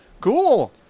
cool